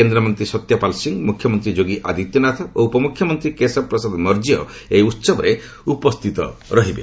କେନ୍ଦ୍ରମନ୍ତ୍ରୀ ସତ୍ୟପାଲ ସିଂହ ମୁଖ୍ୟମନ୍ତ୍ରୀ ଯୋଗୀ ଆଦିତ୍ୟନାଥ ଓ ଉପମ୍ରଖ୍ୟମନ୍ତ୍ରୀ କେଶବ ପ୍ରସାଦ ମୌର୍ଯ୍ୟ ଏଡି ଉହବରେ ଉପସ୍ଥିତ ରହିବେ